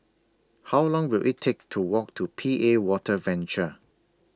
How Long Will IT Take to Walk to P A Water Venture